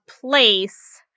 place